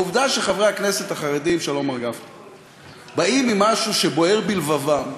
העובדה שחברי הכנסת החרדים באים עם משהו שבוער בלבבם,